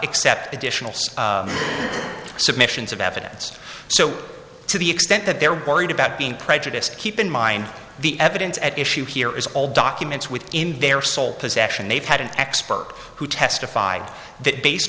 ccept additional six submissions of evidence so to the extent that they're worried about being prejudiced keep in mind the evidence at issue here is all documents within their sole possession they've had an expert who testified that based